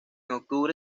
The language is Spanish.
octubre